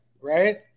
Right